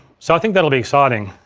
so i think that'll be exciting.